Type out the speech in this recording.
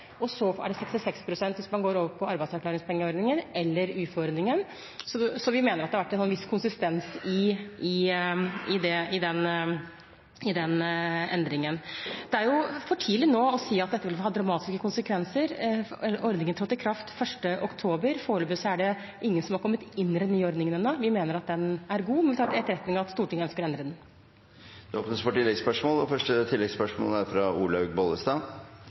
og så er det 66 pst. hvis man går over på arbeidsavklaringspengeordningen eller uføreordningen, så vi mener det har vært en viss konsistens i den endringen. Det er for tidlig nå å si at dette vil ha dramatiske konsekvenser. Ordningen trådte i kraft 1. oktober. Foreløpig er det ingen som har kommet inn i den nye ordningen. Vi mener at den er god, men tar til etterretning at Stortinget ønsker endringer. Det åpnes for